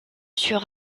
sur